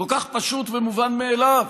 כל כך פשוט ומובן מאליו.